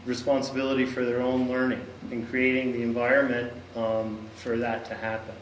responsibility for their own learning in creating the environment for that to happen